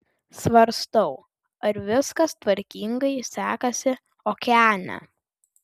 svarstau ar viskas tvarkingai sekasi okeane